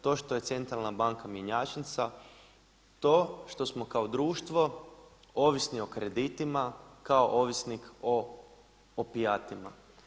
To što je centralna banka mjenjačnica, to što smo kao društvo ovisni o kreditima kao ovisnik o opijatima.